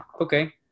okay